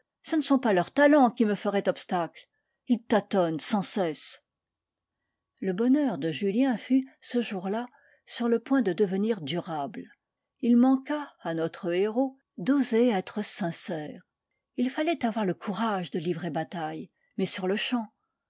ce ne sont pas leurs talents qui me feraient obstacle ils tâtonnent sans cesse le bonheur de julien fut ce jour-là sur le point de devenir durable il manqua à notre héros d'oser être sincère il fallait avoir le courage de livrer bataille mais sur-le-champ